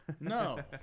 No